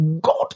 God